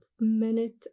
minute